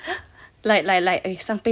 like like like err 上辈子